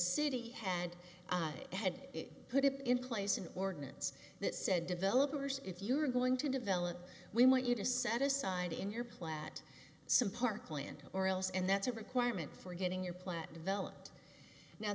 city had had put in place an ordinance that said developers if you are going to develop we want you to set aside in your plat some park land or else and that's a requirement for getting your plant developed now